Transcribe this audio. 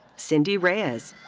cindy reyes.